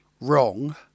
wrong